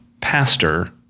pastor